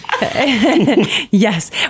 Yes